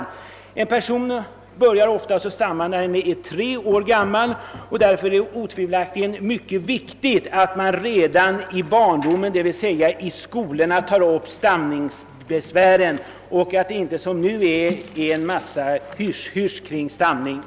Stamningsbesvären börjar ofta vid tre års ålder; därför är det viktigt att de stammande behandlas redan i barndomen, d.v.s. i skolorna, och att det inte som nu blir en massa hysch-hysch kring stamningen.